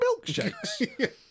milkshakes